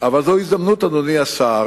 אבל זו הזדמנות, אדוני השר,